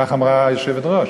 כך אמרה היושבת-ראש.